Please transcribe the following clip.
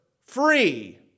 free